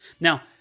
Now